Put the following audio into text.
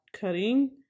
cutting